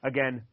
Again